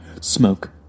Smoke